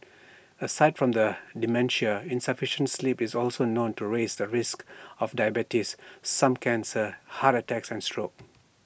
aside from the dementia insufficient sleep is also known to raise the risk of diabetes some cancers heart attacks and stroke